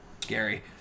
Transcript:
Gary